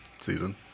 season